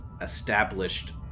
established